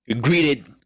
greeted